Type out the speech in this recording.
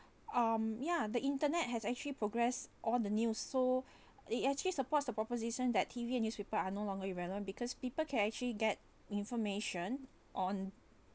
um ya the internet has actually progress all the news so it actually supports the proposition that T_V and newspaper are no longer irrelevant because people can actually get information on